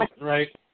right